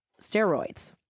steroids